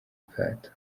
akato